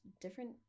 different